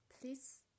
please